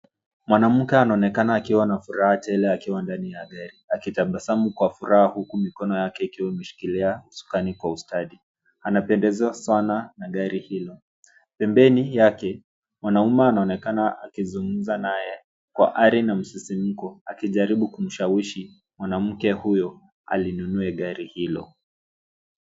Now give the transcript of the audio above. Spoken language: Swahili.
Mwanamke anaonekana akiwa na furaha tele akiwa ndani ya gari, akitabasamu kwa furaha huku mikono yake ikiwa imeshikilia usukani kwa ustadi. Anapendezwa sana na gari hilo. Pembeni yake, mwanaume anaonekana akizungumza naye kwa ari na msisimko akijaribu kumshawishi mwanamke huyo alinunue gari hilo.